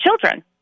children